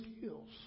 skills